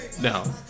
no